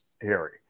Harry